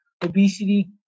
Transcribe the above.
obesity